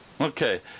Okay